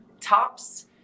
tops